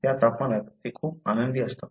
त्या तापमानात ते खूप आनंदी असतात